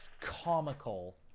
comical